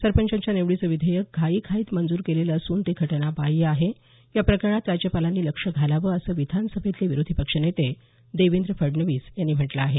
सरपंचाच्या निवडीचं विधेयक घाईघाईत मंजूर केलेलं असून ते घटनाबाह्य आहे या प्रकरणात राज्यपालांनी लक्ष घालावं असं विधानसभेतले विरोधी पक्ष नेते देवेंद्र फडणवीस यांनी म्हटलं आहे